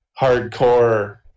hardcore